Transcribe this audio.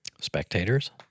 Spectators